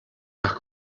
nach